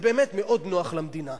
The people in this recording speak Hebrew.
בטריבונלים האלה,